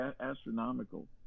astronomical